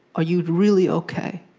are you really ok?